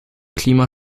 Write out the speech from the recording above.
klima